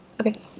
Okay